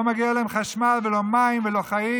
לא מגיעים להם חשמל ולא מים ולא חיים,